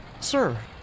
Sir